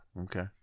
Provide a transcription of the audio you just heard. Okay